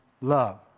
love